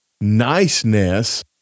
niceness